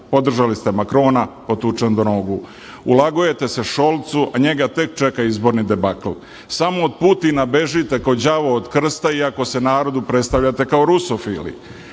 Podržali ste Makrona, potučen do nogu. Ulagujete se Šolcu, a njega tek čeka izborni debakl. Samo od Putina bežite ko đavo od krsta, iako se narodu predstavljate kao rusofili.